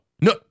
No